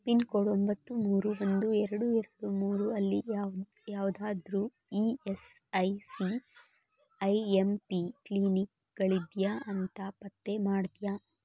pin code ಒಂಬತ್ತು ಮೂರು ಒಂದು ಎರಡು ಎರಡು ಮೂರು ಅಲ್ಲಿ ಯಾವ್ ಯಾವುದಾದ್ರೂ E S I C I M P ಕ್ಲಿನಿಕ್ಗಳಿದೆಯಾ ಅಂತ ಪತ್ತೆ ಮಾಡ್ತ್ಯಾ